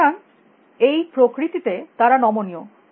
সুতরাং এই প্রকৃতিতে তারা নমনীয়